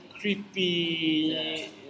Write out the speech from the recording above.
creepy